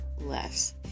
less